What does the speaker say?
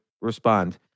respond